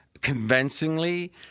convincingly